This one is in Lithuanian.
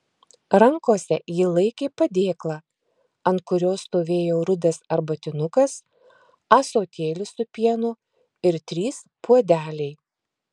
rankose ji laikė padėklą ant kurio stovėjo rudas arbatinukas ąsotėlis su pienu ir trys puodeliai